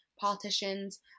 politicians